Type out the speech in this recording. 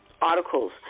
articles